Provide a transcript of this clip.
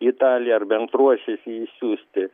italiją ar bent ruošiasi išsiųsti